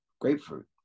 grapefruit